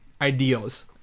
ideals